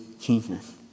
Jesus